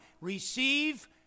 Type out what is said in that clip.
receive